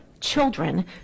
children